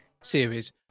series